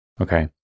okay